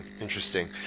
Interesting